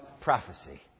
prophecy